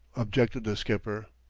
objected the skipper.